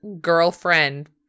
girlfriend